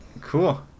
Cool